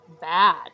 Bad